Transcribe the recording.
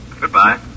Goodbye